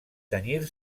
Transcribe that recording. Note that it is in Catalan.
tenyir